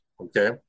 Okay